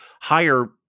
higher